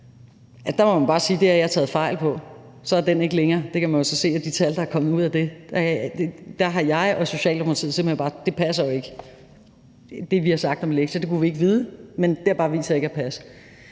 Der må man bare sige, at jeg har taget fejl, og så er den ikke længere. Der kan man jo se af de tal, der er kommet ud af det, at det, som jeg og Socialdemokratiet har sagt om lektier, ikke passer, og det kunne vi ikke vide, men det har bare vist sig ikke at passe.